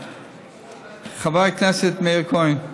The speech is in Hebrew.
חבר הכנסת מאיר כהן,